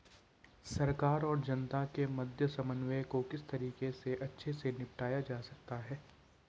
सरकार और जनता के मध्य समन्वय को किस तरीके से अच्छे से निपटाया जा सकता है?